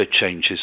changes